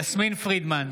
יסמין פרידמן,